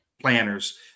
planners